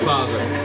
Father